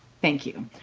thank you.